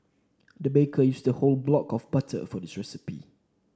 the baker used a whole block of butter for this recipe